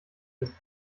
des